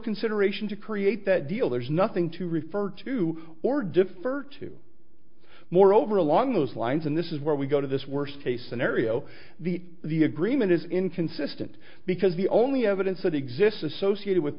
consideration to create that deal there's nothing to refer to or defer to moreover along those lines and this is where we go to this worst case scenario the the agreement is inconsistent because the only evidence that exists associated with